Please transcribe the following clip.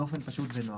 באופן פשוט ונוח.